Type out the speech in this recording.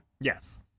Yes